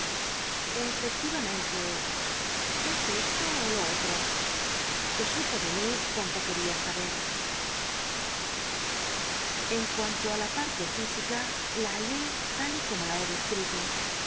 es esto ú lo otro qu e supo ele mí cuan to llici'ía sabcl en cuanto i la parte fisica la hallé tal y como la he desctito